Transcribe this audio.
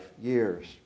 years